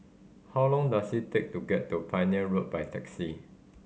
how long does it take to get to Pioneer Road by taxi